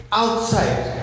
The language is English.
outside